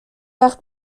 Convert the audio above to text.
وقت